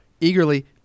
eagerly